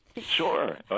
Sure